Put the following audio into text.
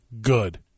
Good